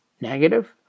negative